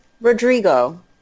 Rodrigo